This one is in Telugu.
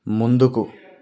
ముందుకు